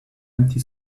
empty